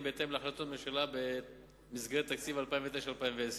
בהתאם להחלטות הממשלה במסגרת תקציב 2009 2010: